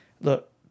Look